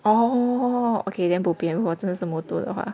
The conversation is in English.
oh okay then bo pian 如果真的是 motor 的话